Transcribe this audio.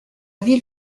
ville